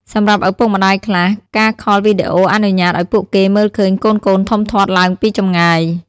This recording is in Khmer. សម្រាប់ឪពុកម្តាយខ្លះ ការខលវីដេអូអនុញ្ញាតឲ្យពួកគេមើលឃើញកូនៗធំធាត់ឡើងពីចម្ងាយ។